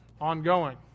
ongoing